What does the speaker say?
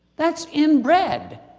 that's inbred.